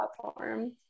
platform